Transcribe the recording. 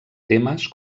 temes